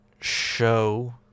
show